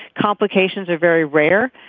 complications are very rare.